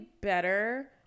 better